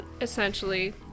essentially